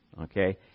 Okay